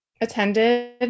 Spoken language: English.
attended